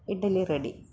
idli ready